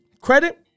credit